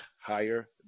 higher